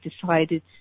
decided